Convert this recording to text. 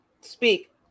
Speak